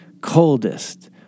coldest